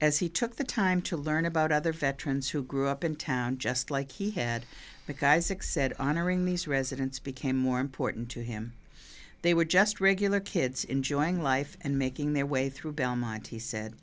as he took the time to learn about other veterans who grew up in town just like he had because six said honoring these residents became more important to him they were just regular kids enjoying life and making their way through belmonte said